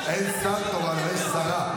אין שר תורן, יש שרה.